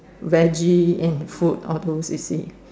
Veggie and food all those you see